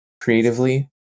creatively